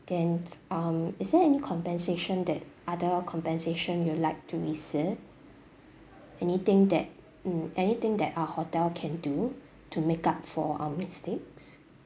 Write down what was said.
then um is there any compensation that other compensation you'd like to receive anything that mm anything that our hotel can do to make up for our mistakes